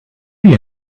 you